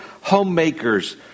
homemakers